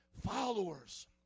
followers